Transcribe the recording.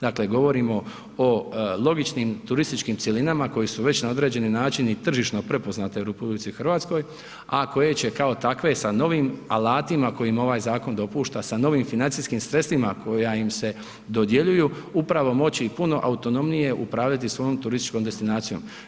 Dakle, govorimo o logičnim turističkim cjelinama koje su već na određeni način i tržišno prepoznate u RH, a koje će kao takve sa novim alatima koje im ovaj zakon dopušta, sa novim financijskim sredstvima koja im dodjeljuju upravo moći puno autonomnije upravljati svojom turističkom destinacijom.